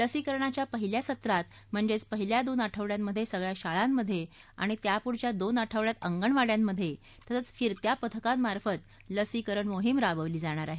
लसीकरणाच्या पहिल्या सत्रात म्हणजेच पहिल्या दोन आठवड्यांमध्ये सगळ्या शाळांमध्ये आणि त्यापुढच्या दोन आठवड्यांत अंगणवाड्यांमध्ये तसंच फिरत्या पथकांमार्फत लसीकरण मोहिम राबवली जाणार आहे